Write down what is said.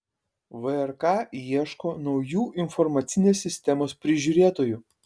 vrk ieško naujų informacinės sistemos prižiūrėtojų